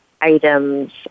items